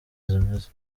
zimeze